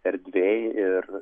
erdvėj ir